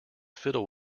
fiddle